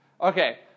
Okay